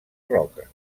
roca